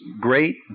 great